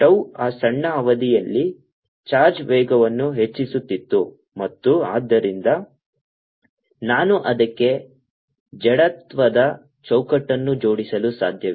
tau ಆ ಸಣ್ಣ ಅವಧಿಯಲ್ಲಿ ಚಾರ್ಜ್ ವೇಗವನ್ನು ಹೆಚ್ಚಿಸುತ್ತಿತ್ತು ಮತ್ತು ಆದ್ದರಿಂದ ನಾನು ಅದಕ್ಕೆ ಜಡತ್ವದ ಚೌಕಟ್ಟನ್ನು ಜೋಡಿಸಲು ಸಾಧ್ಯವಿಲ್ಲ